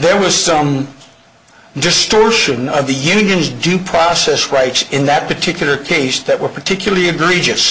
there was some distortion of the union's due process rights in that particular case that were particularly egre